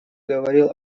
говорил